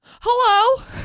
Hello